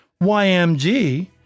YMG